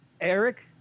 Eric